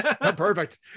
Perfect